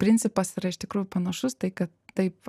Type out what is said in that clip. principas yra iš tikrųjų panašus tai kad taip